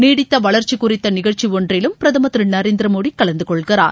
நீடித்த வளர்ச்சி குறித்த நிகழ்ச்சி ஒன்றிலும் பிரதமர் திரு நரேந்திர மோடி கலந்துகொள்கிறார்